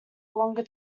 longer